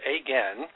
again